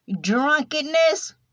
drunkenness